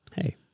Hey